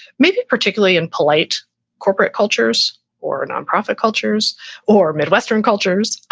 maybe particularly in polite corporate cultures or a nonprofit cultures or midwestern cultures,